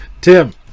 Tim